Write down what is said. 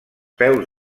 peus